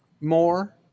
more